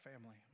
family